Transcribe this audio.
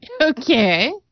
Okay